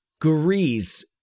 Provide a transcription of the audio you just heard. Greece